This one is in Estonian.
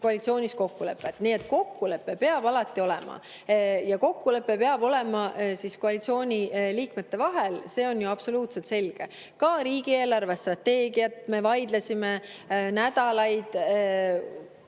koalitsioonis kokkulepet. Nii et kokkulepe peab alati olema. Ja kokkulepe peab olema koalitsiooniliikmete vahel, see on absoluutselt selge. Ka riigi eelarvestrateegiat me vaidlesime nädalaid